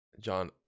John